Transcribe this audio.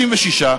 66,